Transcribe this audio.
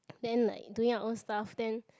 then like doing our own stuff then